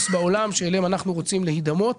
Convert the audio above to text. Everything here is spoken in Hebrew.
בעולם שאליהן אנחנו רוצים להידמות,